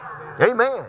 Amen